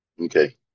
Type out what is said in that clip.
Okay